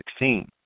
2016